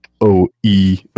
O-E